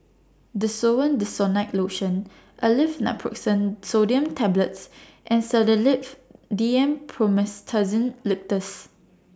Desowen Desonide Lotion Aleve Naproxen Sodium Tablets and Sedilix D M Promethazine Linctus